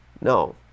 No